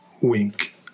Wink